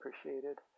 appreciated